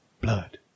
blood